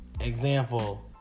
example